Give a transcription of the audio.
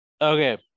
okay